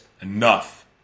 Enough